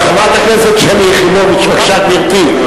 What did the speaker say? רבותי, חברת הכנסת שלי יחימוביץ, בבקשה, גברתי.